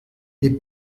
des